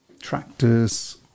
tractors